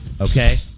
Okay